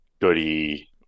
Goody